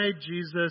Jesus